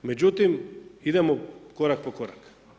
Međutim, idemo korak po korak.